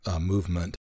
movement